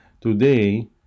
today